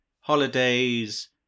holidays